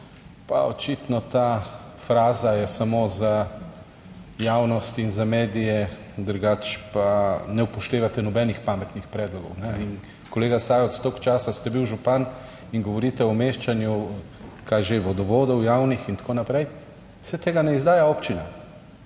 pa očitno ta fraza je samo za javnost in za medije, drugače pa ne upoštevate nobenih pametnih predlogov. In kolega Sajovic, toliko časa ste bil župan in govorite o umeščanju, kaj je že, vodovodov javnih in tako naprej. Saj tega ne izdaja občina,